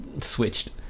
switched